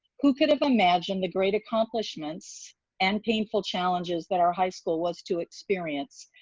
who could have imagined the great accomplishments and painful challenges that our high school was to experience?